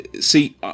see